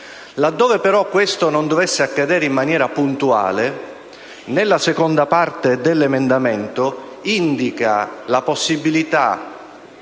Laddove peroquesto non dovesse accadere in maniera puntuale, nella seconda parte dell’emendamento si indica la possibilita